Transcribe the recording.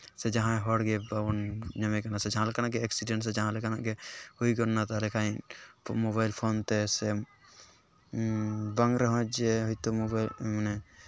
ᱥᱮ ᱡᱟᱦᱟᱸᱭ ᱦᱚᱲᱜᱮ ᱵᱟᱵᱚᱱ ᱧᱟᱢᱮ ᱠᱟᱱᱟᱥᱮ ᱡᱟᱦᱟᱸ ᱞᱮᱠᱟᱱᱟᱜ ᱜᱮ ᱮᱠᱥᱤᱰᱮᱱᱴ ᱥᱮ ᱡᱟᱦᱟᱸ ᱞᱮᱠᱟᱱᱟᱜ ᱜᱮ ᱦᱩᱭ ᱜᱚᱫ ᱮᱱᱟ ᱛᱟᱦᱚᱞᱮ ᱠᱷᱟᱱ ᱢᱳᱵᱟᱭᱤᱞ ᱯᱷᱳᱱ ᱛᱮ ᱥᱮ ᱵᱟᱝ ᱨᱮᱦᱚᱸ ᱡᱮ ᱱᱤᱛᱳᱜ ᱦᱳᱭᱛᱳ ᱢᱳᱵᱟᱭᱤᱞ ᱢᱟᱱᱮ